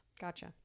Gotcha